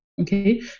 Okay